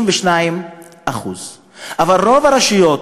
32%. אבל רוב הרשויות,